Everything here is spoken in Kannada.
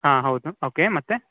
ಹಾಂ ಹೌದು ಓಕೆ ಮತ್ತು